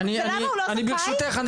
למה הוא לא זכאי?